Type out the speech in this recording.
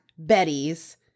Betty's